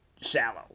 shallow